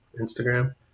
Instagram